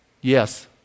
Yes